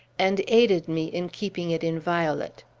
and aided me in keeping it inviolate.